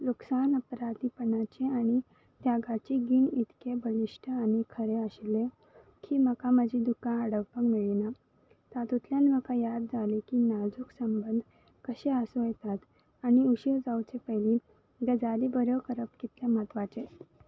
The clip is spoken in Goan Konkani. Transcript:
लुकसान अपराधीपणाचें आनी त्यागाचीें जीण इतकें बळीश्ट आनी खरें आशिल्लें की म्हाका म्हजी दुकान आडवपाक मेळ्ळीना तातूंतल्यान म्हाका याद जाली की नाजूक संबंद कशें आसूं येतात आनी उशीर जावचे पयलीं गजाली बऱ्यो करप कितले म्हत्वाचें